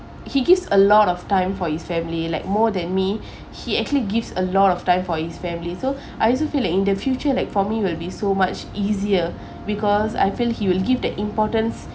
he gives a lot of time for his family like more than me he actually gives a lot of time for his family so I also feel like in the future like for me will be so much easier because I feel he will give the importance